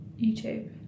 YouTube